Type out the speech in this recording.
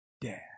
dad